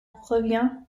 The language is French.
revient